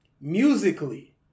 musically